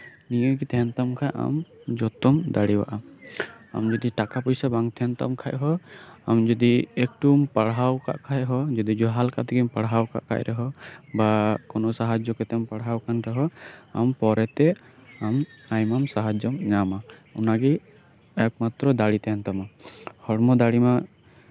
ᱱᱤᱭᱟᱹ ᱛᱟᱸᱦᱮᱱ ᱛᱟᱢ ᱠᱷᱟᱱ ᱟᱢ ᱡᱚᱛᱚᱢ ᱫᱟᱲᱮᱭᱟᱜᱼᱟ ᱟᱢ ᱡᱚᱫᱤ ᱴᱟᱠᱟ ᱯᱚᱭᱥᱟ ᱵᱟᱝ ᱛᱟᱸᱦᱮᱱ ᱛᱟᱢ ᱠᱷᱟᱱ ᱦᱚ ᱡᱚᱫᱤ ᱮᱠᱴᱩᱢ ᱯᱟᱲᱦᱟᱣ ᱠᱟᱜ ᱠᱷᱟᱱ ᱫᱚ ᱡᱚᱫᱤ ᱡᱟᱸᱦᱟ ᱞᱮᱠᱟᱛᱮᱦᱚᱢ ᱯᱟᱲᱦᱟᱣ ᱟᱠᱟᱫ ᱨᱮᱦᱚᱸ ᱵᱟ ᱠᱚᱱᱚ ᱥᱟᱦᱟᱡᱽᱡᱚ ᱠᱟᱛᱮᱢ ᱯᱟᱲᱦᱟᱣ ᱟᱠᱟᱱ ᱨᱮᱦᱚᱸ ᱟᱢ ᱯᱚᱨᱮᱛᱮ ᱟᱢ ᱟᱭᱢᱟ ᱥᱟᱦᱟᱡᱽᱡᱚᱢ ᱧᱟᱢᱟ ᱚᱱᱟᱜᱮ ᱮᱠ ᱢᱟᱛᱨᱚ ᱫᱟᱲᱮ ᱛᱟᱸᱦᱮᱱ ᱛᱟᱢᱟ ᱦᱚᱲᱢᱚ ᱫᱟᱲᱮ ᱢᱟ